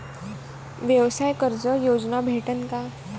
व्यवसाय कर्ज योजना भेटेन का?